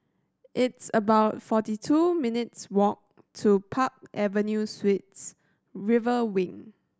it's about forty two minutes' walk to Park Avenue Suites River Wing